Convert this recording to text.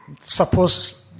Suppose